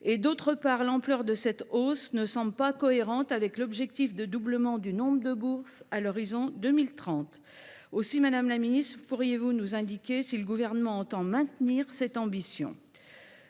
et, d’autre part, l’ampleur de cette hausse ne semble pas cohérente avec l’objectif de doublement du nombre de bourses à l’horizon 2030. Madame la ministre, pourrez vous nous indiquer si le Gouvernement entend maintenir cette ambition ?